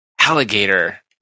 Alligator